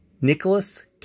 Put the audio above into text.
Nicholas